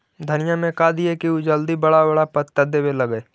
धनिया में का दियै कि उ जल्दी बड़ा बड़ा पता देवे लगै?